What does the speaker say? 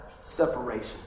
separation